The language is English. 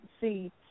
see